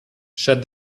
shut